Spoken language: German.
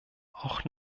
auch